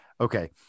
okay